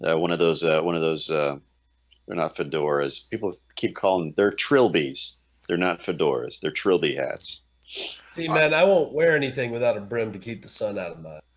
ah one of those one of those they're not fedoras people keep calling. they're trill b's they're not fedoras. they're trilby hats see men, i won't wear anything without a brim to keep the sun out of that.